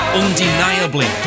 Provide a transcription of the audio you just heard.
undeniably